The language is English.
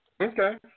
Okay